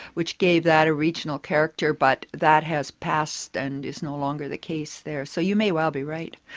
which gave that a regional character, but that has passed and is no longer the case there. so you may well be right.